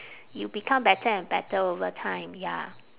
you become better and better over time ya